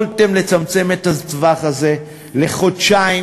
יכולתם לצמצם את הטווח הזה לחודשיים